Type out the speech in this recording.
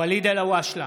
ואליד אלהואשלה,